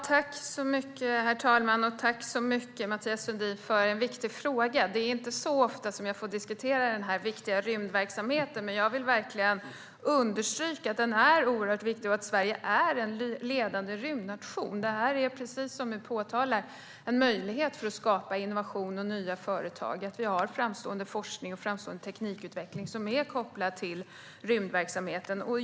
Herr talman! Jag tackar Mathias Sundin för en viktig fråga. Det är inte så ofta jag får diskutera rymdverksamheten, men låt mig understryka att den är viktig och att Sverige är en ledande rymdnation. Precis som Mathias Sundin påpekar ger det en möjlighet att skapa innovation och nya företag att vi har framstående forskning och teknikutveckling som är kopplad till rymdverksamheten.